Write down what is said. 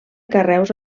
carreus